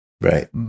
Right